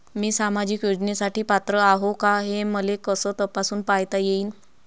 मी सामाजिक योजनेसाठी पात्र आहो का, हे मले कस तपासून पायता येईन?